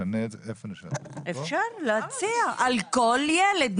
אפשר להציע על כל ילד,